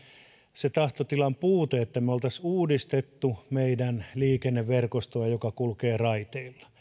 se tahtotilan puute että me olisimme uudistaneet meidän liikenneverkostoa joka kulkee raiteilla